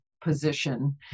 position